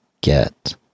get